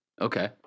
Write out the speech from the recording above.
Okay